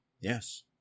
Yes